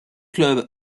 clubs